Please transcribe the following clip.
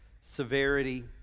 severity